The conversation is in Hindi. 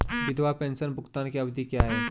विधवा पेंशन भुगतान की अवधि क्या है?